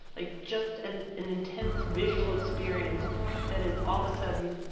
like, just an an intense visual experience that is, all of a sudden,